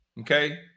okay